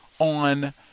on